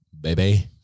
baby